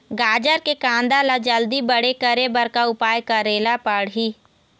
गाजर के कांदा ला जल्दी बड़े करे बर का उपाय करेला पढ़िही?